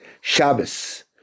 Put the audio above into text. Shabbos